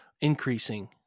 increasing